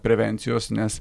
prevencijos nes